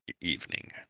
evening